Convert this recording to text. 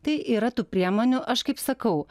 tai yra tų priemonių aš kaip sakau